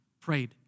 prayed